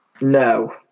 no